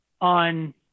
on